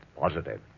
Positive